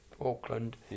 Auckland